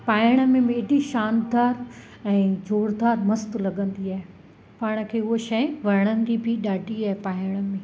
पाइण में बि एॾी शानदारु ऐं जोरदारु मस्तु लॻंदी आहे पाण खे उहा शइ वणंदी बि ॾाढी आहे पाइण में